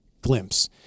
glimpse